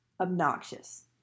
Obnoxious